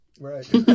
Right